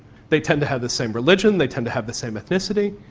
they tend to have the same religion, they tend to have the same ethnicity.